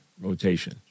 rotation